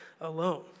alone